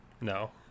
No